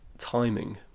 timing